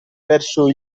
verso